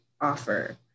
offer